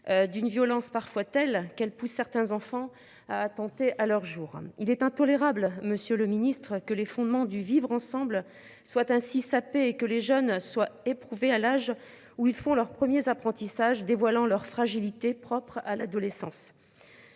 D'une violence parfois telles qu'elles poussent certains enfants à attenter à leurs jours. Il est intolérable. Monsieur le Ministre, que les fondements du vivre ensemble soit ainsi et que les jeunes soient éprouvé à l'âge où ils font leurs premiers apprentissages dévoilant leur fragilité propre à l'adolescence.